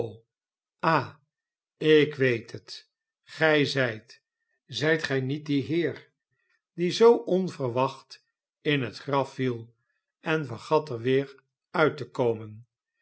a ik weet het gij zijt zijt gij niet die heer die zoo onverwacht in het graf viel en vergat er weer uit te komen